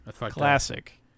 Classic